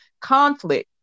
conflict